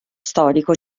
storico